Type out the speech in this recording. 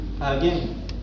Again